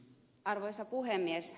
arvoisa puhemies